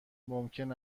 ممکن